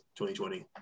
2020